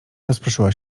rozproszyła